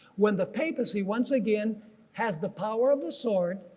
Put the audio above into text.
when the papacy once again has the power of the sword,